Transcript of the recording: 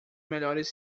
melhores